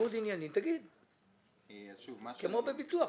תגיד שזה כמו בביטוח.